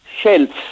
shelves